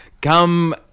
Come